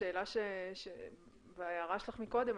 בהקשר של ההערה שלך מקודם,